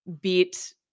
beat